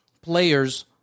players